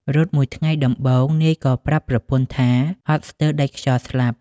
រត់មួយថ្ងៃដំបូង នាយក៏ប្រាប់ប្រពន្ធថាហត់ស្ទើរដាច់ខ្យល់ស្លាប់។